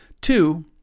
Two